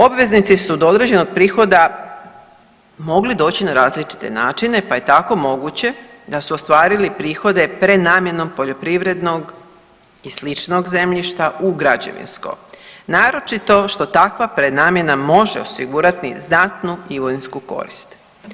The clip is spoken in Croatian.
Obveznici su do određenog prihoda mogli doći na različite načine pa je tako moguće da su ostvarili prihode prenamjenom poljoprivrednog i sličnog zemljišta u građevinsko, naročito što takva prenamjena može osigurati znatnu imovinsku korist.